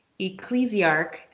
Ecclesiarch